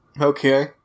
Okay